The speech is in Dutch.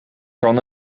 kan